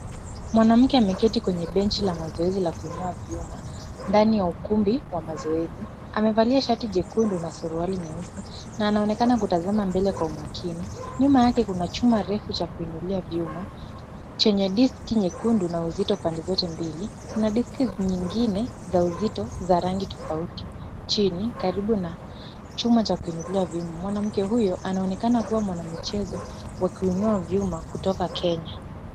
Mwanamke ameketi kwenye benchi la mazoezi la kuinua vyuma ndani ya ukumbi wa mazoezi. Amevalia shati jekundu na suruali nyeusi na anaonekana kutazama mbele kwa umakini. Nyuma yake kuna chuma refu cha kuinulia vyuma chenye diski nyekundu na uzito pande zote mbili. Kuna diski nyingine za uzito za rangi tofauti chini karibu na chuma cha kuinulia vyuma. Mwanamke huyo anaonekana kuwa mwanamichezo wa kuinua vyuma kutoka Kenya.